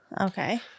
Okay